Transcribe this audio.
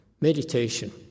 meditation